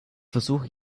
versuche